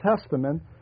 Testament